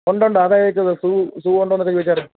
ഉണ്ട് ഉണ്ട് അതാണ് ചോദിച്ചത് സൂ സൂ ഉണ്ടോ എന്നൊക്കെ ചോദിച്ചാലോ